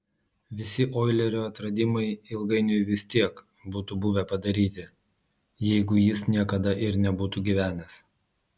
visi oilerio atradimai ilgainiui vis tiek būtų buvę padaryti jeigu jis niekada ir nebūtų gyvenęs